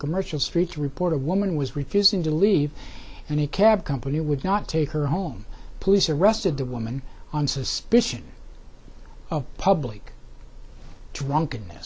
commercial street to report a woman was refusing to leave and a cab company would not take her home police arrested the woman on suspicion of public drunkenness